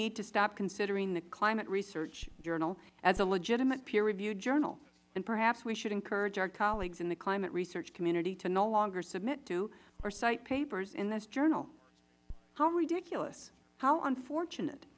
need to stop considering the climate research journal as a legitimate peer reviewed journal and perhaps we should encourage our colleagues in the climate research community to no longer submit to or cite papers in this journal how ridiculous how unfortunate